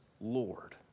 Lord